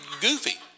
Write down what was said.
goofy